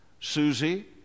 Susie